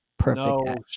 Perfect